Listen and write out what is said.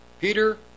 Peter